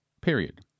period